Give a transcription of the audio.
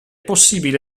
possibile